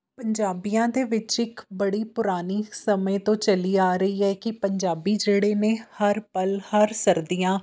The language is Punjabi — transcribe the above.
ਪੰਜਾਬੀਆਂ ਦੇ ਵਿੱਚ ਇੱਕ ਬੜੀ ਪੁਰਾਣੀ ਸਮੇਂ ਤੋਂ ਚੱਲੀ ਆ ਰਹੀ ਹੈ ਕਿ ਪੰਜਾਬੀ ਜਿਹੜੇ ਨੇ ਹਰ ਪਲ ਹਰ ਸਰਦੀਆਂ